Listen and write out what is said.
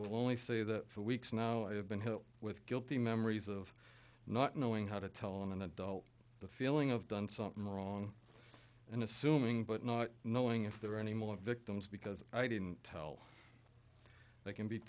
will only say that for weeks now i have been hit with guilt the memories of not knowing how to tell an adult the feeling of done something wrong and assuming but not knowing if there are any more victims because i didn't tell they can be